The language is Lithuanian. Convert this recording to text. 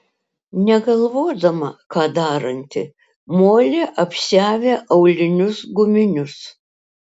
negalvodama ką daranti molė apsiavė aulinius guminius